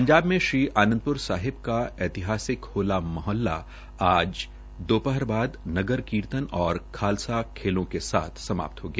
पंजाब में श्री आनंद प्र साहिब का ऐतिहासिक होला मोहल्ला आज दोपहर बाद नगर कीर्तन और खालसा खेलों के साथ समाप्त हो गया